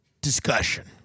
discussion